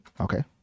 okay